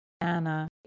Anna